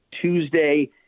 Tuesday